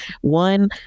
one